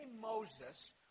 Moses